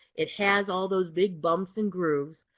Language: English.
it has all those big bumps and grooves,